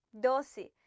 doce